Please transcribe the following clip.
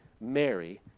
Mary